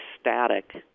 static